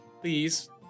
Please